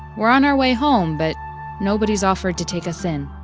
we're on our way home. but nobody's offered to take us in.